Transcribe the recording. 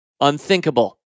unthinkable